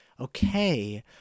Okay